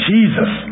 Jesus